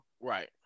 Right